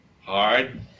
hard